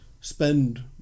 spend